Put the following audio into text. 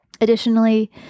Additionally